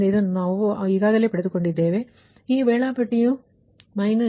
ಆದ್ದರಿಂದ ನಾವು ಇದನ್ನು ಪಡೆದುಕೊಂಡಿದ್ದೇವೆ ಈ P2 ವೇಳಾಪಟ್ಟಿಯು −2